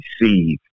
receive